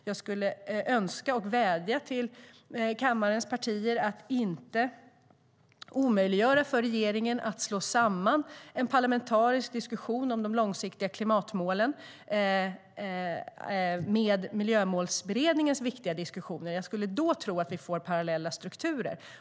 Jag skulle önska - och jag vädjar om - att kammarens partier inte omöjliggör för regeringen att slå samman en parlamentarisk diskussion om de långsiktiga klimatmålen med Miljömålsberedningens viktiga diskussioner. Jag skulle tro att vi då får parallella strukturer.